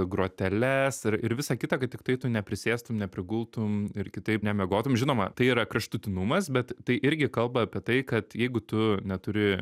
groteles ir ir visa kita kad tiktai tu neprisėstum neprigultum ir kitaip nemiegotum žinoma tai yra kraštutinumas bet tai irgi kalba apie tai kad jeigu tu neturi